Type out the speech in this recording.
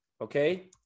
Okay